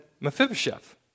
Mephibosheth